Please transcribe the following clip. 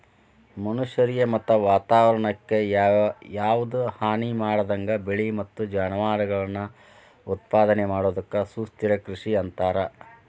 ಮನಷ್ಯಾರಿಗೆ ಮತ್ತ ವಾತವರಣಕ್ಕ ಯಾವದ ಹಾನಿಮಾಡದಂಗ ಬೆಳಿ ಮತ್ತ ಜಾನುವಾರಗಳನ್ನ ಉತ್ಪಾದನೆ ಮಾಡೋದಕ್ಕ ಸುಸ್ಥಿರ ಕೃಷಿ ಅಂತಾರ